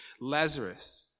Lazarus